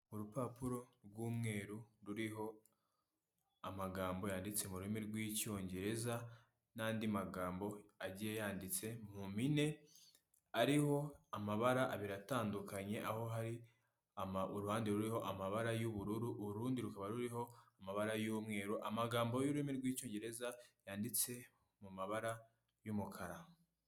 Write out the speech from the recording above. Urupapuro rw'umweru ruriho amagambo yanditse mu rurimi rw'icyongereza, n'andi magambo agiye yanditse mu mpine, ariho amabara abiri atandukanye aho hari ama uruhande ruriho amabara y'ubururu, urundi rukaba ruriho amabara y'umweru, amagambo y'ururimi rw'icyongereza yanditse mu mabara y'umukara.